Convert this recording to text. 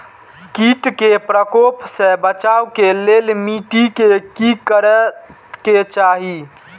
किट के प्रकोप से बचाव के लेल मिटी के कि करे के चाही?